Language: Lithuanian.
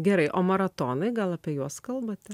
gerai o maratonai gal apie juos kalbate